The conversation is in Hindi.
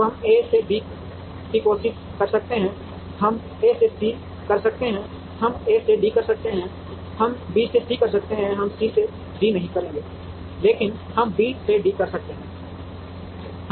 अब हम A से B की कोशिश कर सकते हैं हम A से C कर सकते हैं हम A से D कर सकते हैं हम B से C कर सकते हैं हम C से D नहीं करेंगे लेकिन हम B से D तक कर सकते हैं